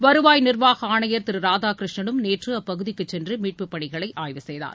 வருவாய் நிர்வாக ஆணையர் திரு ராதாகிருஷ்ணனும் நேற்று அப்பகுதிக்குச் சென்று மீட்புப் பணிகளை ஆய்வு செய்தார்